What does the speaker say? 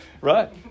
Right